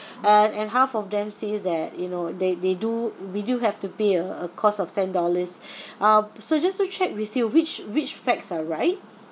and and half of them says that you know they they do we do have to pay a a cost of ten dollars um so just to check with you which which facts are right